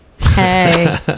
Hey